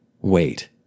wait